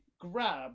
grab